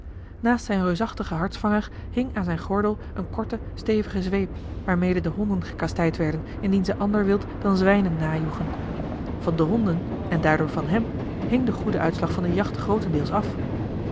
naast zijn reusachtigen hartsvanger hing aan zijn gordel eene korte stevige zweep waarmede de honden gekastijd werden indien ze ander wild dan zwijnen najoegen van de honden en daardoor van hem hing de goede uitslag van de jacht grootendeels af